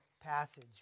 passage